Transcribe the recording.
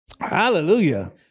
Hallelujah